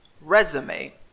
resume